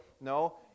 No